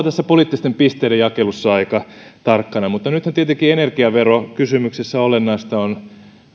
tässä poliittisten pisteiden jakelussa saa olla aika tarkkana mutta nythän tietysti energiaverokysymyksessä olennaista on